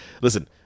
Listen